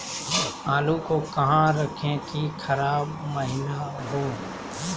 आलू को कहां रखे की खराब महिना हो?